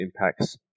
impacts